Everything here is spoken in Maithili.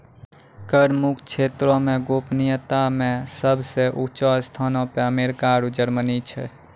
कर मुक्त क्षेत्रो मे गोपनीयता मे सभ से ऊंचो स्थानो पे अमेरिका आरु जर्मनी छै